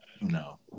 No